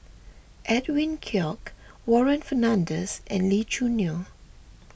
Edwin Koek Warren Fernandez and Lee Choo Neo